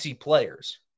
players